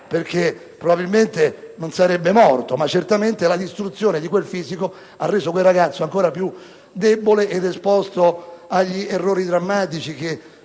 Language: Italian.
verità. Probabilmente non sarebbe morto, ma certamente la distruzione del fisico ha reso quel ragazzo ancora più debole ed esposto agli errori drammatici che